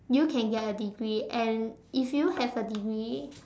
you can get a degree and if you have a degree